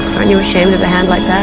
you ashamed of a hand like that?